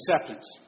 acceptance